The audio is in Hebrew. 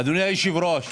אדוני היושב-ראש,